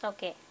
Okay